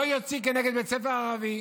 לא יוציא כנגד בית ספר ערבי.